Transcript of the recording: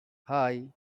hey